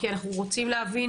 לא היה דבר כזה.